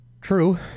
True